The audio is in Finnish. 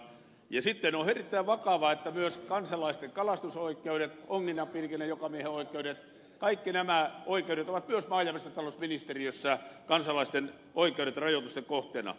sitten on erittäin vakavaa että myös kansalaisten kalastusoikeudet onginnan ja pilkinnän jokamiehenoikeudet kaikki nämä kansalaisten oikeudet ovat myös maa ja metsätalousministeriössä rajoitusten kohteena